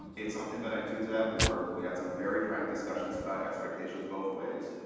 it's something that i took to that board, we have some very frank discussions about expectations both ways.